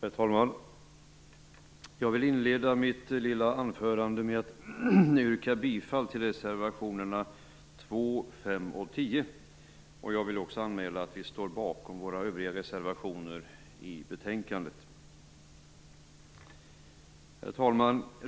Herr talman! Jag vill inleda mitt lilla anförande med att yrka bifall till reservationerna 2, 5 och 10. Jag vill också anmäla att vi står bakom våra övriga reservationer till betänkandet. Herr talman!